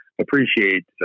appreciate